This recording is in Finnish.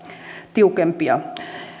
tiukempia